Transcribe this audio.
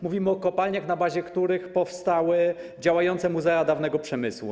Mówimy o kopalniach, na bazie których powstały działające muzea dawnego przemysłu.